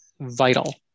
vital